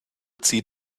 zieht